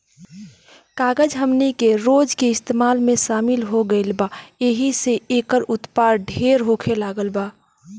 कागज हमनी के रोज के इस्तेमाल में शामिल हो गईल बा एहि से एकर उत्पाद ढेर होखे लागल बा